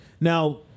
Now